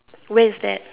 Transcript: where's that